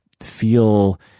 feel